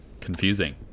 confusing